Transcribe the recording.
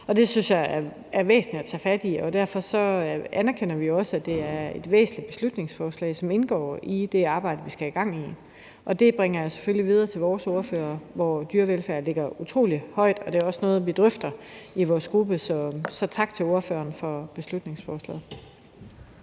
jeg er væsentligt at tage fat i, og derfor anerkender vi også, at det er et væsentligt beslutningsforslag, som indgår i det arbejde, vi skal i gang med. Det bringer jeg selvfølgelig videre til vores ordfører, hvor dyrevelfærd ligger utrolig højt. Det er også noget, vi drøfter i vores gruppe, så tak til ordføreren for beslutningsforslaget.